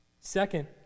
Second